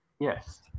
Yes